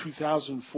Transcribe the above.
2004